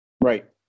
Right